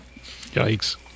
Yikes